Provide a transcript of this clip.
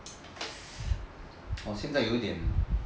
我现在有一点